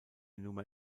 nummer